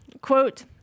Quote